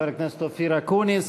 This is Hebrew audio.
חבר הכנסת אופיר אקוניס.